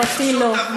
ואותי לא.